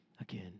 again